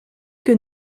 que